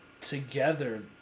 together